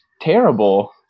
terrible